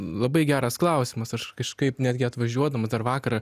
labai geras klausimas aš kažkaip netgi atvažiuodamas dar vakar